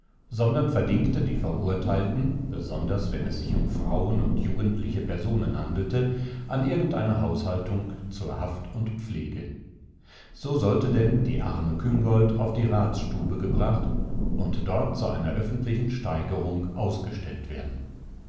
sondern verdingte die verurteilten besonders wenn es sich um frauen und jugendliche personen handelte an irgendeine haushaltung zur haft und pflege so sollte denn die arme küngolt auf die ratstube gebracht und dort zu einer öffentlichen steigerung ausgestellt werden